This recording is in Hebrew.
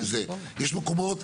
יש מקומות,